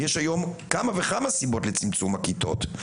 יש היום כמה וכמה סיבות לצמצום הכיתות,